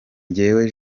mwene